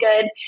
good